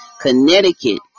Connecticut